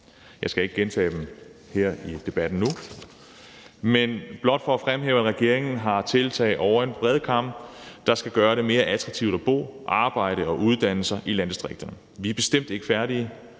Jeg skal ikke gentage dem nu i debatten her, men det er blot for at fremhæve, at regeringen har tiltag over en bred kam, der skal gøre det mere attraktivt at bo, arbejde og uddanne sig i landdistrikterne. Vi er bestemt ikke færdige.